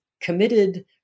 committed